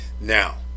Now